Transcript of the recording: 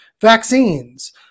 vaccines